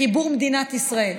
בחיבור מדינת ישראל.